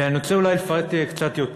אני רוצה, אולי, לפרט קצת יותר.